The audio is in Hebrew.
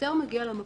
שוטר מגיע למקום.